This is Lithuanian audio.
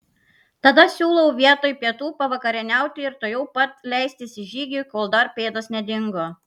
tada siūlau vietoj pietų pavakarieniauti ir tuojau pat leistis į žygį kol dar pėdos nedingo